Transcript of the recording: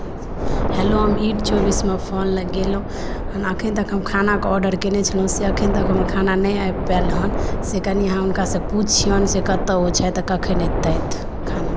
hello हम इट चोबीसमे फोन लगेलहुँ हम अखन तक हम खानाके ऑर्डर कयने छलहुँ से अखन तक हमर खाना नहि आबि पाइल से कनि अहाँ हुनकासँ पूछियौन कतय ओ छथि आ कखन एतैथ खाना